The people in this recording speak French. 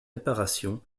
réparations